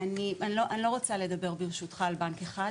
אני לא רוצה לדבר ברשותך על בנק אחד,